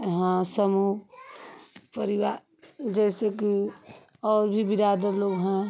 यहाँ समूह परिवार जैसे कि और भी बिरादर लोग हैं